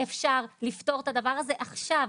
אפשר לפתור את הדבר הזה עכשיו.